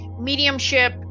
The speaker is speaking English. mediumship